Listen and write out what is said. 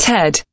Ted